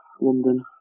London